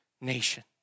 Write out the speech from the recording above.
nation